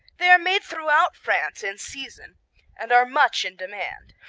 they are made throughout france in season and are much in demand.